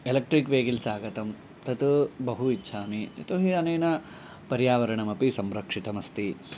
electric vehicles आगतं तत् बहु इच्छामि यतो हि अनेन पर्यावरणमपि संरक्षितमस्ति